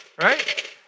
Right